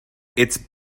its